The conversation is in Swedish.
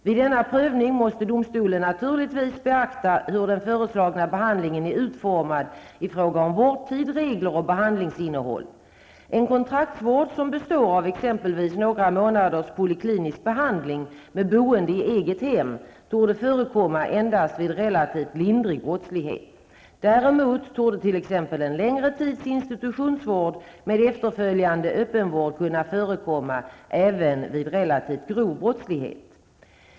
Vid denna prövning måste domstolen naturligtvis beakta hur den föreslagna behandlingen är utformad i fråga om vårdtid, regler och behandlingsinnehåll. En kontraktsvård som består av exempelvis några månaders poliklinisk behandling med boende i eget hem torde kunna förekomma endast vid relativt lindrig brottslighet. Däremot torde t.ex. en längre tids institutionsvård med efterföljande öppenvård kunna förekomma även vid relativt grov brottslighet.